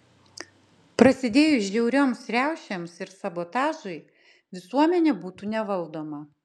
prasidėjus žiaurioms riaušėms ir sabotažui visuomenė būtų nevaldoma